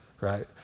right